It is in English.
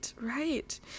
right